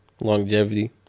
longevity